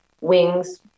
wings